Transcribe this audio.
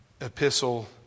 epistle